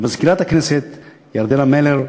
למזכירת הכנסת ירדנה מלר,